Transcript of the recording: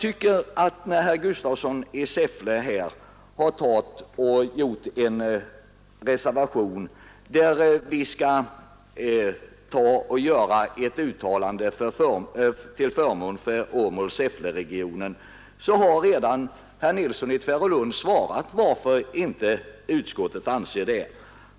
Herr Gustafsson i Säffle har avlämnat en reservation, i vilken han önskar att utskottet skall göra ett uttalande till förmån för Åmål-Säffleregionen. Herr Nilsson i Tvärålund har redan klargjort varför utskottet inte anser det.